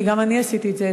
כי גם אני עשיתי את זה.